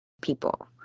people